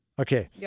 Okay